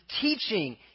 teaching